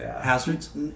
Hazards